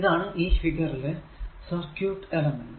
ഇതാണ് ഈ ഫിഗർ ലെ സർക്യൂട് എലമെന്റ്